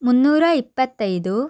ಮುನ್ನೂರ ಇಪ್ಪತ್ತೈದು